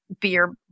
beer